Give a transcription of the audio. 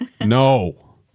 No